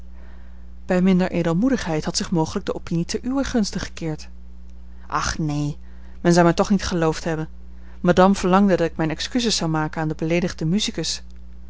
bij minder edelmoedigheid had zich mogelijk de opinie te uwer gunste gekeerd ach neen men zou mij toch niet geloofd hebben madame verlangde dat ik mijne excuses zou maken aan den beleedigden musicus